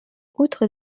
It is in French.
outre